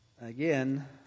Again